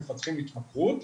מפתחים התמכרות.